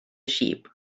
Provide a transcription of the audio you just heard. sheep